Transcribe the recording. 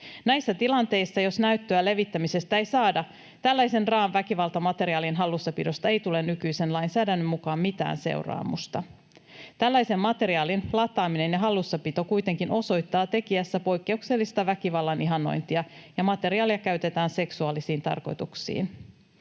Näissä tilanteissa, jos näyttöä levittämisestä ei saada, tällaisen raa’an väkivaltamateriaalin hallussapidosta ei tule nykyisen lainsäädännön mukaan mitään seuraamusta. Tällaisen materiaalin lataaminen ja hallussapito kuitenkin osoittaa tekijässä poikkeuksellista väkivallan ihannointia, ja materiaaleja käytetään seksuaalisiin tarkoituksiin.